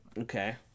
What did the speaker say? Okay